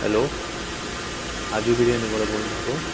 hello Haji बिरयानीबाट बोल्नु भएको